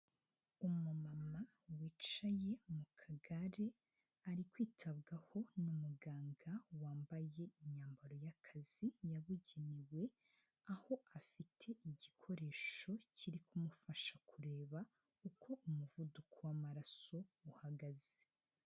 Umumama wicaye mu kagare, ari kwitabwaho n'umuganga wambaye imyambaro y'akazi yabugenewe, aho afite igikoresho kiri kumufasha kureba uko umuvuduko w'amaraso uhagaze.